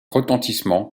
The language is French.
retentissement